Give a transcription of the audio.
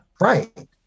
right